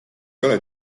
ole